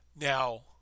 now